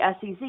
SEC